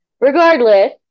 regardless